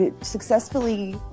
successfully